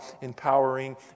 empowering